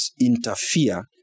interfere